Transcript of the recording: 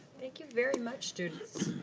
thank you very much students.